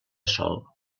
sol